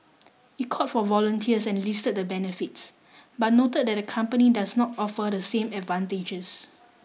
it called for volunteers and listed the benefits but noted that the company does not offer the same advantages